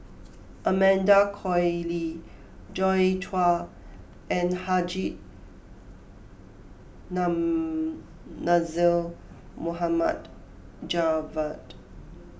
Amanda Koe Lee Joi Chua and Haji Namazie Mohammed Javad